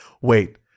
wait